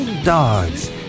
dogs